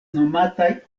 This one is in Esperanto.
nomataj